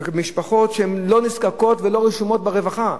אלה משפחות שלא נזקקות ולא רשומות ברווחה.